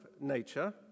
nature